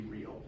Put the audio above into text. real